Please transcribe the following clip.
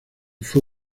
fue